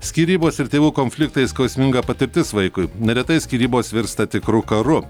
skyrybos ir tėvų konfliktai skausminga patirtis vaikui neretai skyrybos virsta tikru karu